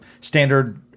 standard